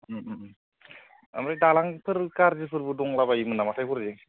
ओमफ्राइ दालांफोर गाज्रि फोरबो दंला बायोमोन नामाथाय हरै